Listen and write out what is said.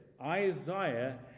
Isaiah